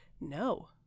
No